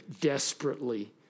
desperately